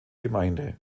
gemeinde